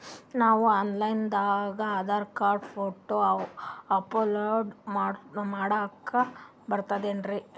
ನಾವು online ದಾಗ Aadhaar card, photo upload ಮಾಡ್ಲಕ ಬರ್ತದೇನ್ರಿ?